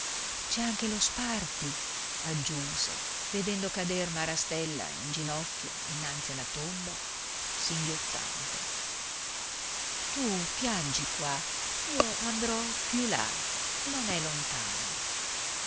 c'è anche lo sparti aggiunse vedendo cader marastella in ginocchio innanzi alla tomba singhiozzante tu piangi qua io andrò più là non è lontano